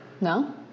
No